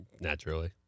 naturally